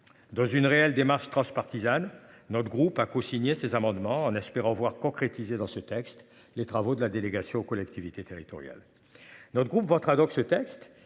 Dans une réelle démarche transpartisane. Notre groupe a cosigné ses amendements en espérant voir concrétiser dans ce texte. Les travaux de la délégation aux collectivités territoriales. Notre groupe votera donc ce texte